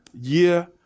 year